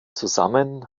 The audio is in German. zusammen